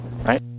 right